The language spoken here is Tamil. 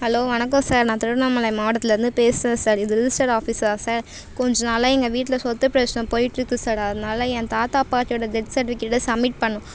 ஹலோ வணக்கம் சார் நான் திருவண்ணாமலை மாவட்டத்திலேருந்து பேசுகிறேன் சார் இது ரிஜிஸ்டர் ஆஃபீஸா சார் கொஞ்சம் நாளாக எங்கள் வீட்டில் சொத்துப் பிரச்சனை போய்ட்ருக்கு சார் அதனால என் தாத்தா பாட்டியோடய டெத் சர்ட்டிஃபிக்கேட்டை சப்மிட் பண்ணோம்